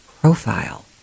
profile